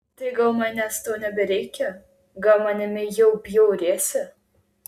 tai gal manęs tau nebereikia gal manimi jau bjauriesi